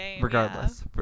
regardless